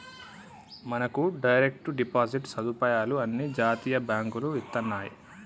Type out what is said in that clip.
మనకు direct deposit సదుపాయాలు అన్ని జాతీయ బాంకులు ఇత్తన్నాయి